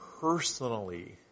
personally